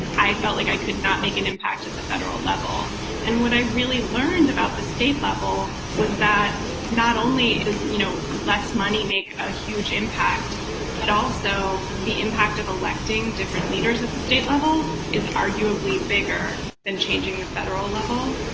i felt like i could not make an impact at the federal level and what i really learned about the state level was that not only does you know less money make a huge impact but also the impact of electing different leaders at the state level is arguably bigger than changing the federal level.